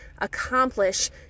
accomplish